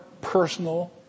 personal